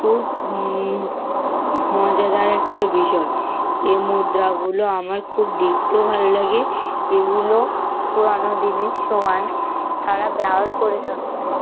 খুব মজাদার একটা বিষয় এই মুদ্রাগুলো আমার খুব দেখতেও ভালো লাগে এগুলো পুরনো দিনের সময় তারা ব্যবহার করে থাকত